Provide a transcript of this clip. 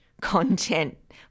content